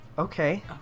okay